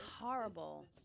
horrible